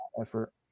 effort